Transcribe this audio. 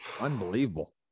Unbelievable